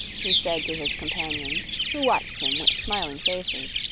he said to his companions, who watched him with smiling faces